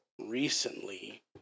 recently